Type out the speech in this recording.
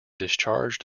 discharged